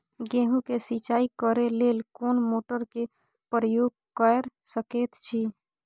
गेहूं के सिंचाई करे लेल कोन मोटर के प्रयोग कैर सकेत छी?